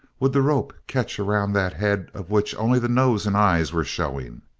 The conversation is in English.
would the rope catch around that head of which only the nose and eyes were showing?